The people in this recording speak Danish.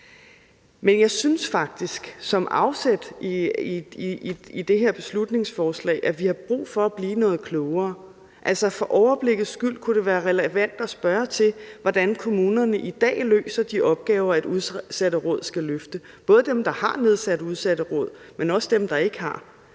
Men jeg synes faktisk med afsæt i det her beslutningsforslag, at vi har brug for at blive noget klogere. Altså, for overblikkets skyld kunne det være relevant at spørge til, hvordan kommunerne i dag løser de opgaver, et udsatteråd skal løfte – både dem, der har nedsat udsatteråd, men også dem, der ikke har.